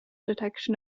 detection